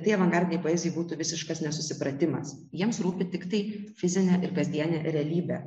tai avangardinei poezijai būtų visiškas nesusipratimas jiems rūpi tiktai fizinė ir kasdienė realybė